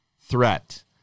threat